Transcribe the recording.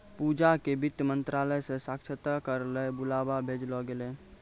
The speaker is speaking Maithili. पूजा क वित्त मंत्रालय स साक्षात्कार ल बुलावा भेजलो गेलै